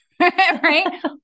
right